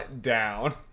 down